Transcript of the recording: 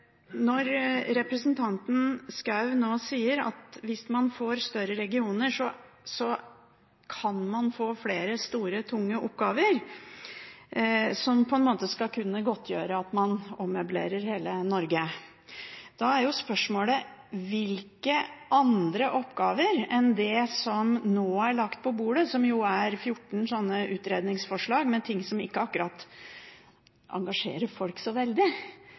Når representanten Schou sier at hvis man får større regioner, kan man få flere store, tunge oppgaver, som skal kunne godtgjøre at man ommøblerer hele Norge, er spørsmålet: Hvilke andre oppgaver enn dem som nå er lagt på bordet, som jo er 14 slike utredningsforslag med ting som ikke akkurat engasjerer folk så veldig,